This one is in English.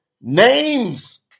names